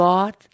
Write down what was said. God